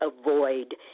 avoid